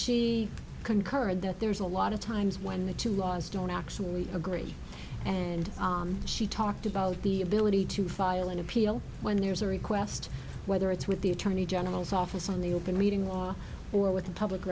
concurred that there's a lot of times when the two laws don't actually agree and she talked about the ability to file an appeal when there's a request whether it's with the attorney general's office on the open reading law or with the public